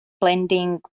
blending